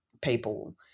people